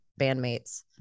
bandmates